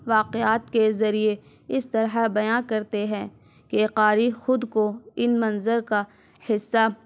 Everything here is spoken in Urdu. واقعات کے ذریعے اس طرح بیان کرتے ہیں کہ قاری خود کو ان منظر کا حصہ